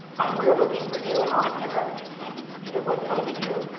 and we're looking for new and alternate revenue streams, you know what what do we do?